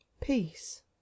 peace